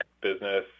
business